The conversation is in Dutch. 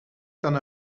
kan